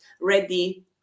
ready